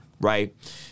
right